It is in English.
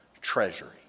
treasury